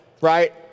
right